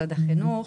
משרד החינוך.